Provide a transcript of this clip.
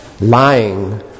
lying